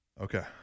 Okay